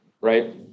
right